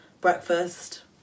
breakfast